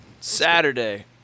Saturday